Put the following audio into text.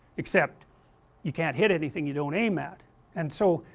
except you can't hit anything you don't aim at and so,